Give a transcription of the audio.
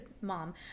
mom